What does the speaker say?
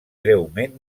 greument